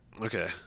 Okay